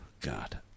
God